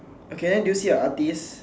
okay then do you see a artist